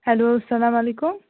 hello السلام علیکم